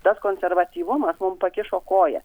tas konservatyvumas mums pakišo koją